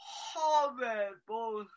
horrible